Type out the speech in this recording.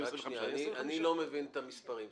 סליחה, אני לא מבין את המספרים.